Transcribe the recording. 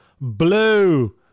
blue